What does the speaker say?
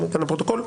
לפרוטוקול,